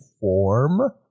form